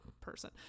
person